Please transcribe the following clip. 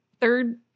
third